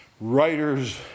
writers